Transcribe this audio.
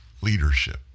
leadership